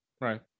right